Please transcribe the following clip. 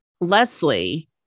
Leslie